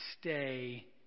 stay